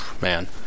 man